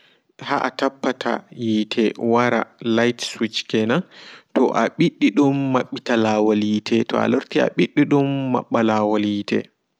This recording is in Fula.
Ha atappa yiite wara light switch kenan toa ɓiddi dum maɓɓita laawol yiite toa lorti aɓiddi dum maɓɓa laawol yiite.